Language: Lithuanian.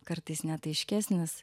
kartais net aiškesnis